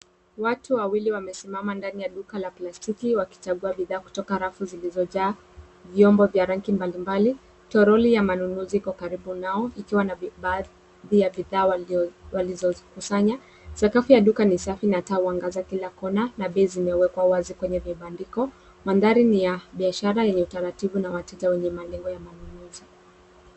Watu wawili wamesimama ndani ya duka la plastiki, wakichagua bidhaa kutoka rafu zilizojaa vyombo vya rangi mbalimbali. Toroli ya manunuzi iko karibu nao, ikiwa na baadhi ya bidhaa walizokusanya. Sakafu ya duka ni safi na taa huangaza kila kona, na bei zimewekwa wazi kwenye vibandiko. Mandhari ni ya biashara yenye utaratibu, na wateja wenye malengo ya manunuzi.